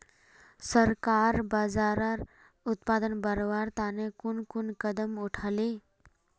सरकार बाजरार उत्पादन बढ़वार तने कुन कुन कदम उठा ले